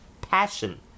passion